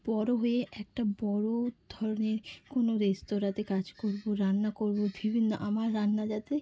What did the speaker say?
বড় হয়ে একটা বড় ধরনের কোনো রেস্তোরাঁতে কাজ করব রান্না করব বিভিন্ন আমার রান্না যাতে